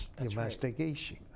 Investigation